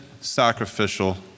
sacrificial